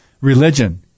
religion